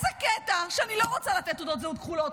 איזה קטע שאני לא רוצה לתת תעודות זהות כחולות,